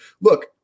look